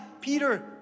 Peter